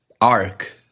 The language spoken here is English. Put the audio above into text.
arc